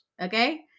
Okay